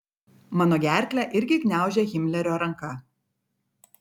mano gerklę irgi gniaužia himlerio ranka